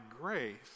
grace